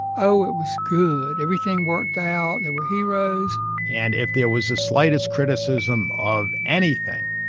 oh, it was good. everything worked out. they were heroes and if there was the slightest criticism of anything,